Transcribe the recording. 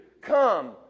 come